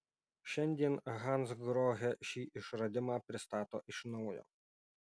šiandien hansgrohe šį išradimą pristato iš naujo